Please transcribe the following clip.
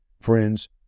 Friends